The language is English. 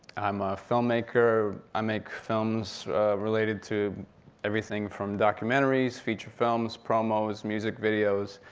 i'm a filmmaker, i make films related to everything from documentaries, feature films, promos, music videos.